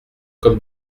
comme